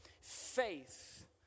faith